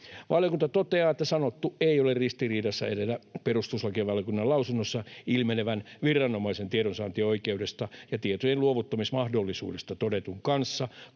Valiokunta toteaa, että sanottu ei ole ristiriidassa edellä perustuslakivaliokunnan lausunnossa ilmenevän viranomaisen tiedonsaantioikeudesta ja tietojenluovuttamismahdollisuudesta todetun kanssa,